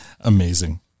amazing